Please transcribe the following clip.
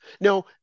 Now